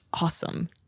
awesome